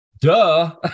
Duh